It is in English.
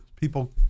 People